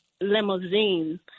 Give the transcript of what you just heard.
limousine